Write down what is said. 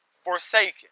forsaken